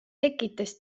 tekitas